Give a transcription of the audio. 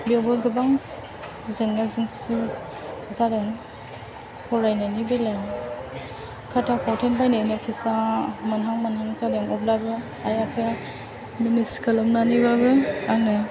बेवबो गोबां जेंना जेंसि जादों फरायनायनि बेलायाव खाथा फावथेन बायनायनि फैसा मोनहां मोनाहां जादों अब्लाबो आइ आफाया मेनेज खालामनानैबाबो आंनो